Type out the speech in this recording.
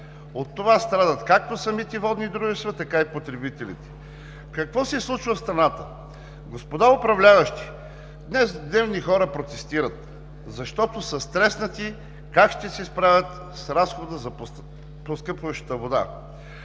От това страдат както самите водни дружества, така и потребителите. Какво се случва в страната? Господа управляващи, днес гневни хора протестират, защото са стреснати как ще се справят с разходите за поскъпващата вода.